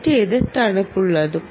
മറ്റേത് തണുപ്പുള്ളതും